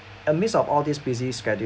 amidst of all this busy schedule